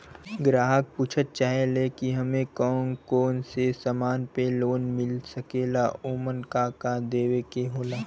ग्राहक पुछत चाहे ले की हमे कौन कोन से समान पे लोन मील सकेला ओमन का का देवे के होला?